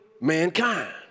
mankind